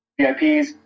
VIPs